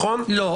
לא.